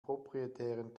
proprietären